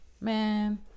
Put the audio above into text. man